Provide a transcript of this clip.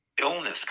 illness